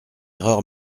erreur